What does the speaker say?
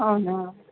అవునా